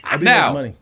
Now